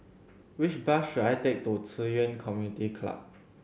which bus should I take to Ci Yuan Community Club